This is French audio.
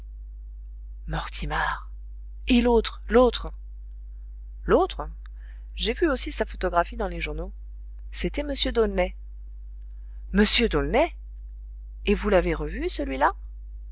mortimar et l'autre l'autre l'autre j'ai vu aussi sa photographie dans les journaux c'était m d'aulnay m d'aulnay et vous l'avez revu celui-là